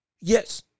Yes